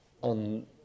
on